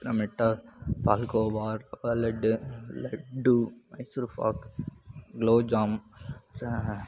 palkova rava laddu laddu Mysore pak gulab jam